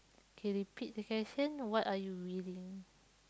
can repeat the question what are you willing